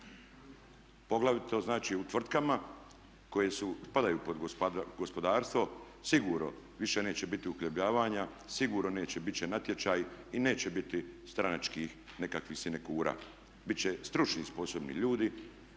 Poglavito znači u tvrtkama koje padaju pod gospodarstvo sigurno više neće biti uhljebljivanja, sigurno neće, bit će natječaji i neće biti stranačkih nekakvih sinekura. Bit će stručni i sposobni ljudi,